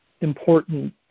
important